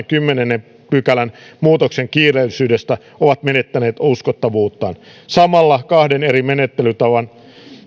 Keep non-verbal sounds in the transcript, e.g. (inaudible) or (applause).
(unintelligible) kymmenennen pykälän muutoksen kiireellisyydestä ovat menettäneet uskottavuuttaan samalla kahden eri menettelytavan